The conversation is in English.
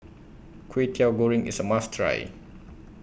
Kway Teow Goreng IS A must Try